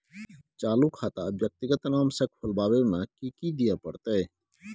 चालू खाता व्यक्तिगत नाम से खुलवाबै में कि की दिये परतै?